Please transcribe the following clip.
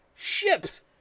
Ships